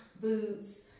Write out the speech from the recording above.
Boots